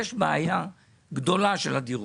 יש בעיה גדולה של הדירות.